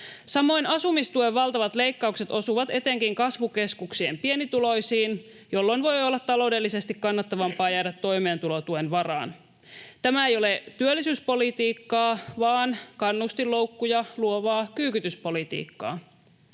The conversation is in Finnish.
Samoin asumistuen valtavat leikkaukset osuvat etenkin kasvukeskuksien pienituloisiin, jolloin voi olla taloudellisesti kannattavampaa jäädä toimeentulotuen varaan. Tämä ei ole työllisyyspolitiikkaa vaan kannustinloukkuja luovaa kyykytyspolitiikkaa.